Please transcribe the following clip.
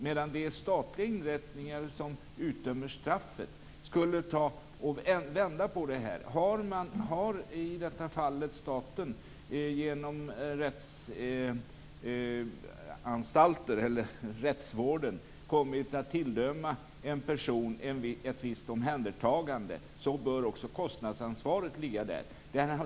Man kan också vända på det: Har i detta fall staten genom rättsvården tilldömt en person ett visst omhändertagande bör också kostnadsansvaret ligga där.